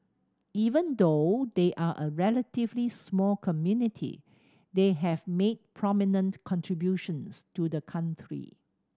even though they are a relatively small community they have made prominent contributions to the country